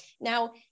now